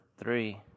three